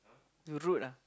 you rude lah